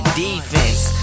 defense